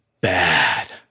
bad